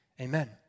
Amen